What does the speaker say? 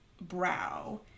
brow